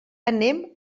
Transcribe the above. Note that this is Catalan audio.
anem